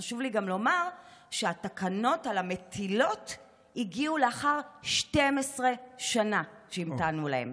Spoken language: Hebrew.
חשוב לי גם לומר שהתקנות על המטילות הגיעו לאחר 12 שנה שהמתנו להן.